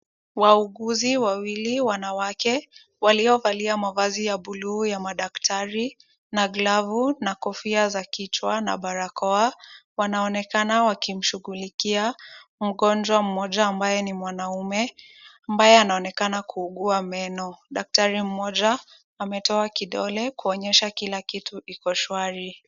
Wauguzi wawili wanawake, waliovalia mavazi ya buluu ya madaktari na glavu na kofia za kichwa na barakoa, wanaonekana wakimshughulikia mgonjwa mmoja ambaye ni mwanaume ambaye anaonekana kuugua meno. Daktari mmoja ametoa kidole kuonyesha kila kitu iko shwari.